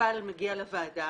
המטופל מגיע לוועדה,